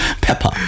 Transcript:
Pepper